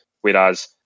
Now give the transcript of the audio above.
Whereas